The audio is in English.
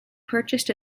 purchased